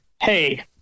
hey